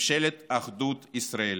ממשלת אחדות ישראלית,